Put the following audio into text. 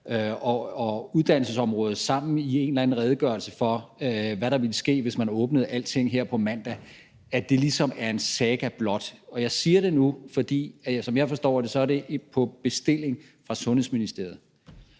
og uddannelsesområdet sammen i en eller anden redegørelse for, hvad der ville ske, hvis man åbnede alting her på mandag, ligesom er en saga blot? Og jeg siger det nu, fordi det, som jeg forstår det, er på bestilling fra Sundhedsministeriet.